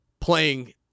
playing